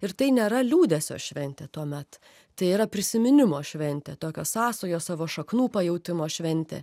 ir tai nėra liūdesio šventė tuomet tai yra prisiminimo šventė tokios sąsajos savo šaknų pajautimo šventė